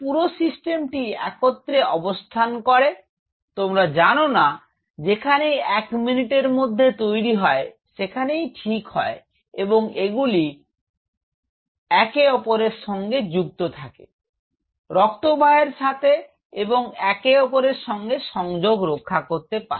এই পুরো সিস্টেমটি একত্রে অবস্থান করে তোমরা জান না যেখানেই এক মিনিটের মধ্যেই তৈরি হয় যেখানেই ঠিক হয় এবং এগুলি যুক্ত থাকে একে অপরের সাথে রক্তবাহের সাথে এবং একে অপরের সাথে সংযোগ রক্ষা করতে পারে